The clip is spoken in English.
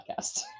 podcast